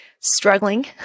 struggling